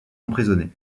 emprisonné